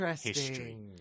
history